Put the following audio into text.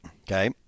okay